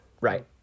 Right